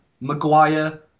Maguire